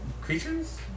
creatures